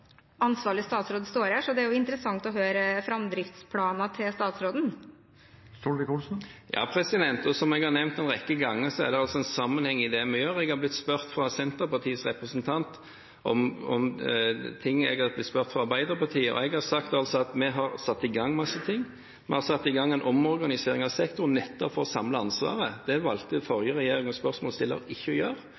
en sammenheng i det vi gjør. Jeg har blitt spurt av Senterpartiets representant om ting, jeg har blitt spurt av Arbeiderpartiet, og jeg har sagt at vi har satt i gang en masse tiltak. Vi har satt i gang en omorganisering av sektoren nettopp for å samle ansvaret. Det valgte den forrige regjeringen og spørsmålsstiller ikke å gjøre,